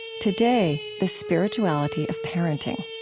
today, the spirituality of parenting.